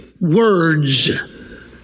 Words